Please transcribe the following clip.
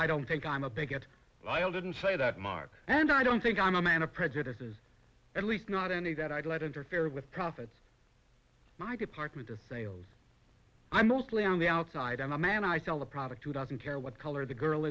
i don't think i'm a bigot well i didn't say that mark and i don't think i'm a man of prejudices at least not any that i'd let interfere with profits my department of sales i'm mostly on the outside i'm a man i sell a product who doesn't care what color the girl